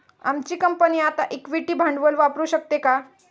आमची कंपनी आता इक्विटी भांडवल वापरू शकते का?